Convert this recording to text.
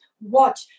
watch